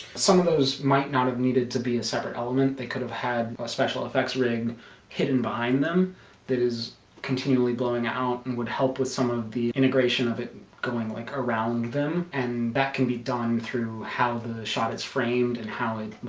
some of those might not have needed to be a separate element they could have had a special-effects rig hidden behind them that is continually blowing out and would help with some of the integration of it going like around them and that can be done through how the shot is framed and how it,